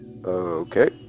Okay